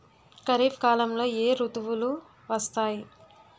ఖరిఫ్ కాలంలో ఏ ఋతువులు వస్తాయి?